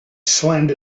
slammed